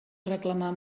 reclamar